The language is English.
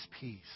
peace